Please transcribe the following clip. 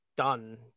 done